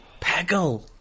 Peggle